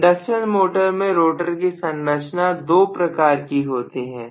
induction motor में rotor की संरचना दो प्रकार की होती है